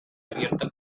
abierta